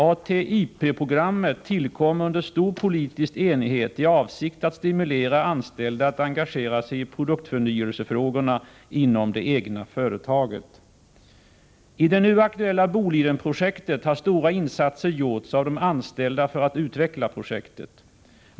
ATIP-programmet tillkom under stor politisk enighet i avsikt att stimulera anställda att engagera sig i produktförnyelsefrågorna inom det egna företaget. I det nu aktuella Bolidenprojektet har stora insatser gjorts av de anställda för att utveckla projektet.